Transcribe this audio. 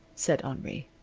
said henri.